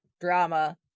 drama